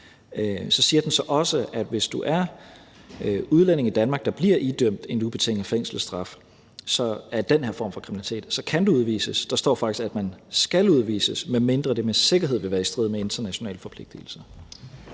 Så siger den også, at hvis du er udlænding i Danmark og bliver idømt en ubetinget fængselsstraf for den her form for kriminalitet, kan du udvises; der står faktisk, at man skal udvises, medmindre det med sikkerhed vil være i strid med internationale forpligtelser.